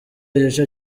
igice